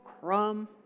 crumb